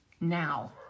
now